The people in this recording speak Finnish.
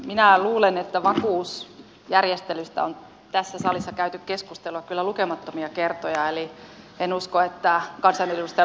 minä luulen että vakuusjärjestelystä on tässä salissa käyty keskustelua kyllä lukemattomia kertoja eli en usko että aseöljystä